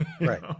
Right